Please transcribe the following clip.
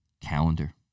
calendar